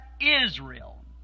Israel